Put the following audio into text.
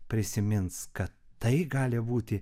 prisimins kad tai gali būti